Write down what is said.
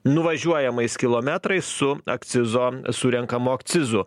nuvažiuojamais kilometrais su akcizo surenkamo akcizu